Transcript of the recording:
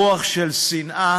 רוח של שנאה,